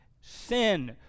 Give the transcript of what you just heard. Sin